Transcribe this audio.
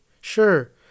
sure